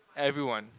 everyone